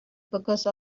because